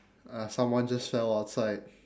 ah someone just fell outside